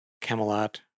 Camelot